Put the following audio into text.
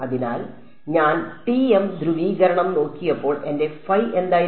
അതിനാൽ ഞാൻ TM ധ്രുവീകരണം നോക്കിയപ്പോൾ എന്റെ ഫൈ എന്തായിരുന്നു